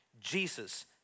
Jesus